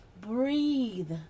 Breathe